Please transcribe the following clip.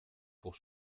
pour